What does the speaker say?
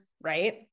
right